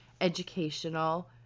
educational